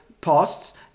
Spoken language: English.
posts